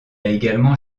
également